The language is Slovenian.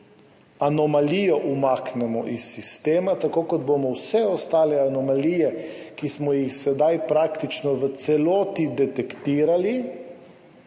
Anomalijo umaknemo iz sistema, tako kot bomo vse ostale anomalije, ki smo jih sedaj praktično v celoti detektirali,